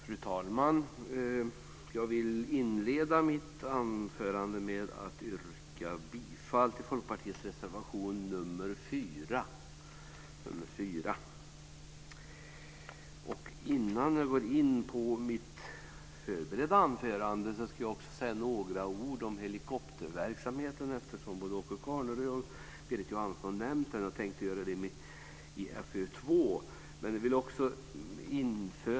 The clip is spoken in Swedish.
Fru talman! Jag vill inleda mitt anförande med att yrka bifall till Folkpartiets reservation nr 4. Innan jag går in på mitt på förhand förberedda anförande ska jag säga några ord om helikopterverksamheten eftersom både Åke Carnerö och Berit Jóhannesson nämnde det. Jag hade tänkt ta upp frågan under FöU2.